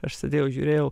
aš sėdėjau žiūrėjau